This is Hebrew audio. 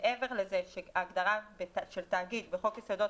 מעבר לזה שההגדרה של תאגיד בחוק יסודות